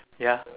ya